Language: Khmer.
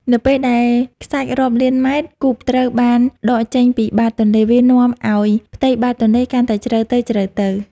នៅពេលដែលខ្សាច់រាប់លានម៉ែត្រគូបត្រូវបានដកចេញពីបាតទន្លេ វានាំឱ្យផ្ទៃបាតទន្លេកាន់តែជ្រៅទៅៗ